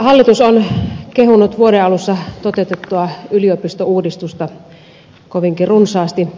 hallitus on kehunut vuoden alussa toteutettua yliopistouudistusta kovinkin runsaasti